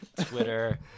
Twitter